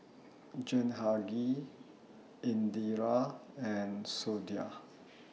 Jehangirr Indira and Sudhir